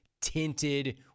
tinted